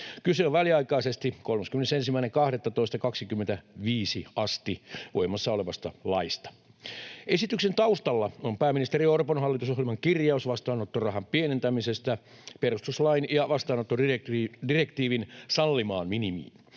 Kyse on väliaikaisesti, 31.12.2025 asti voimassa olevasta laista. Esityksen taustalla on pääministeri Orpon hallitusohjelman kirjaus vastaanottorahan pienentämisestä perustuslain ja vastaanottodirektiivin sallimaan minimiin.